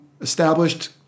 established